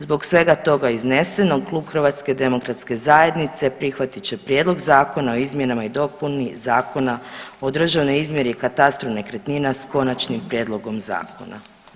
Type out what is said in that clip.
Zbog svega toga iznesenog Klub HDZ-a prihvatit će Prijedlog Zakona o izmjenama i dopuni Zakona o državnoj izmjeri i katastru nekretnina s konačnim prijedlogom zakona.